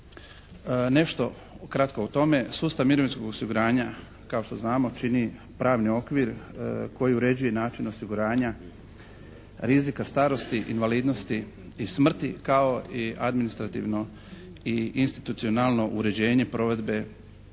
nešto ukratko o tome. Sustav mirovinskog osiguranja kao što znamo čini pravni okvir koji uređuje način osiguranja, rizika starosti, invalidnosti i smrti kao i administrativno i institucionalno uređenje provedbe